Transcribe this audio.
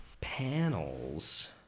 Panels